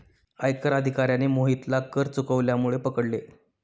आयकर अधिकाऱ्याने मोहितला कर चुकवल्यामुळे पकडले